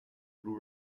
blu